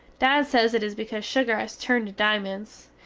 dad sez it is becaus sugar has turned to dimonds,